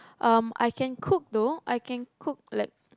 um I can cook though I can cook like